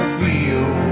feel